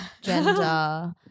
gender